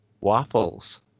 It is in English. waffles